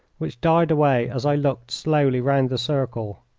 which died away as i looked slowly round the circle.